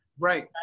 right